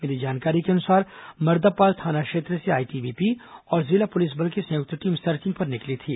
मिली जानकारी को अनुसार मर्दापाल थाना क्षेत्र से आईटीबीपी और जिला प्रलिस बल की संयुक्त टीम सर्चिंग पर निकली थी